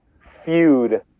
feud